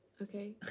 Okay